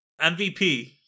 MVP